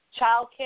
Childcare